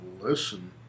listen